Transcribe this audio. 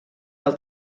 del